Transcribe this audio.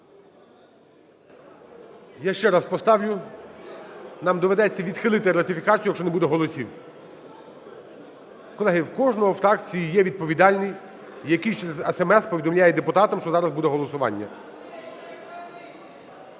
Я ще раз поставлю. Нам доведеться відхилити ратифікацію, якщо не буде голосів. Колеги, в кожного у фракції є відповідальний, який через SMS повідомляє депутатам, що зараз буде голосування.